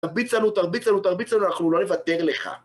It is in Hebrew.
תרביץ לנו, תרביץ לנו, תרביץ לנו, אנחנו לא נוותר לך.